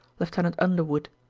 lieutenant underwood.